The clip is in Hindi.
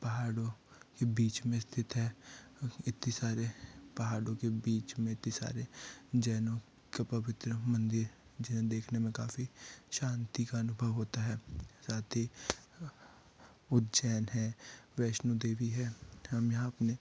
पहाड़ों के बीच में स्थित है इतने सारे पहाड़ों के बीच में इतने सारे जैनों के पवित्र मंदिर जिन्हें देखने में काफ़ी शांती का अनुभव होता है साथ ही उज्जैन है वैष्णो देवी है हम यहाँ अपने